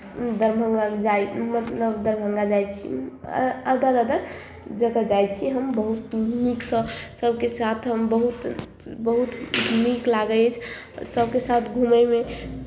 दरभंगा जाइ मतलब दरभंगा जाइ छी अ अदर अदर जगह जाइ छी हम बहुत नीकसँ सभके साथ हम बहुत बहुत नीक लागै अछि सभके साथ घूमयमे